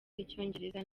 icyongereza